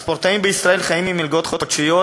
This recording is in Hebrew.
הספורטאים בישראל חיים ממלגות חודשיות